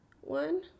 one